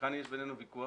כאן יש בינינו ויכוח,